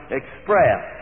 express